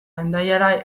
hendaiara